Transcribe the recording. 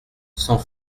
sans